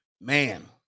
Man